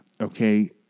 Okay